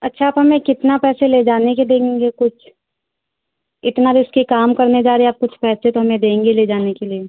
अच्छा आप हमें कितना पैसे ले जाने के देंगे कुछ इतना रिस्की काम करने जा रहे आप कुछ पैसे तो हमें देंगे ले जाने के लिए